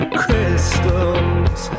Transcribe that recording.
crystals